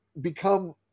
become